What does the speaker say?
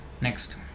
Next